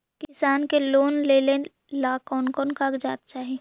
किसान के लोन लेने ला कोन कोन कागजात चाही?